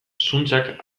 zuntzak